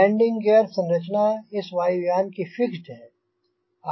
landing gear संरचना इस वायुयान की फ़िक्स्ड है